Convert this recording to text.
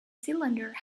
cylinder